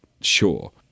sure